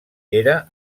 era